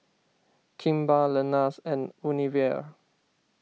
Kimball Lenas and Unilever